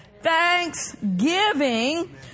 thanksgiving